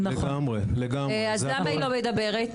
למה היא לא מדברת?